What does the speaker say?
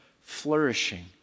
flourishing